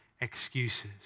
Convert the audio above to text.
excuses